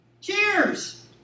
Cheers